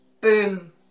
boom